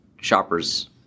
shopper's